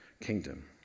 kingdom